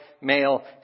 male